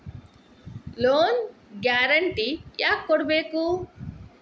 Loan guarantee ಯಾಕ್ ಕೊಡ್ಬೇಕು?